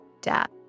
death